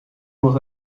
bloß